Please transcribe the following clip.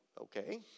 okay